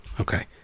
Okay